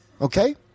Okay